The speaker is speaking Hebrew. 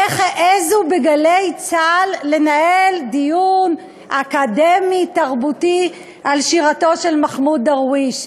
איך העזו ב"גלי צה"ל" לנהל דיון אקדמי-תרבותי על שירתו של מחמוד דרוויש?